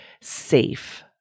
safe